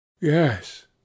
Yes